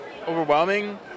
overwhelming